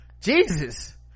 Jesus